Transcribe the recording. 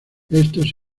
estos